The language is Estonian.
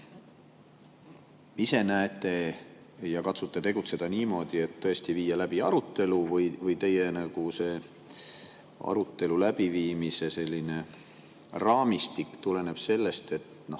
Kas te katsute tegutseda niimoodi, et tõesti viia läbi arutelu, või teie arutelu läbiviimise raamistik tuleneb sellest, et